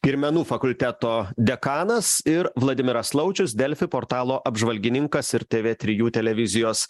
ir menų fakulteto dekanas ir vladimiras laučius delfi portalo apžvalgininkas ir tv trijų televizijos